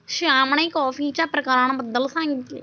श्यामने कॉफीच्या प्रकारांबद्दल सांगितले